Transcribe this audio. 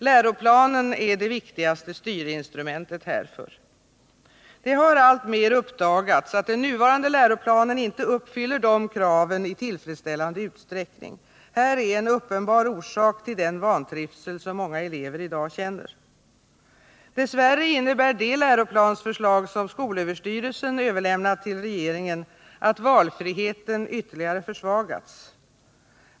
Läroplanen är det viktigaste styrinstrumentet härför. Det har alltmer uppdagats att den nuvarande läroplanen inte uppfyller dessa krav i tillfredsställande utsträckning; här är en uppenbar orsak till den vantrivsel som många elever i dag känner. Dess värre innebär det läroplansförslag som skolöverstyrelsen överlämnat till regeringen att valfriheten ytterligare försvagats.